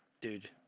dude